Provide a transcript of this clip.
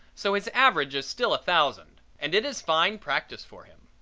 so his average is still a thousand, and it is fine practice for him.